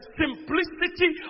simplicity